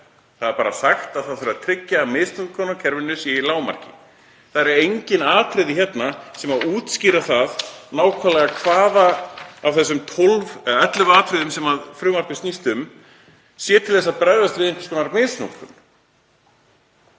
Það er bara sagt að það þurfi að tryggja að misnotkun á kerfinu sé í lágmarki. Það eru engin atriði hérna sem útskýra það nákvæmlega hver af þessum 11 atriðum sem frumvarpið snýst um séu til að bregðast við einhvers konar misnotkun.